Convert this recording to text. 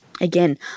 Again